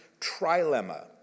trilemma